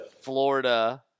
Florida